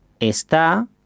Está